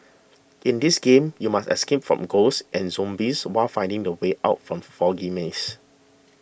in this game you must escape from ghosts and zombies while finding the way out from foggy maze